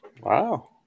Wow